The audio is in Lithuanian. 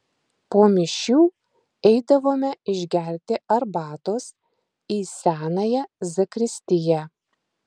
po mišių eidavome išgerti arbatos į senąją zakristiją